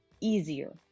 easier